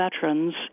veterans